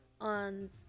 on